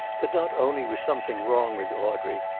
that not only was something wrong with audrey,